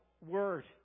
word